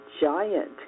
giant